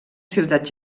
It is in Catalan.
ciutat